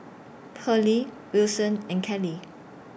Perley Wilson and Kelley